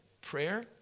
prayer